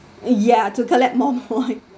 ya to collect more point